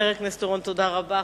חבר הכנסת אורון, תודה רבה.